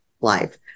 life